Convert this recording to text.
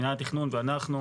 מינהל התכנון ואנחנו,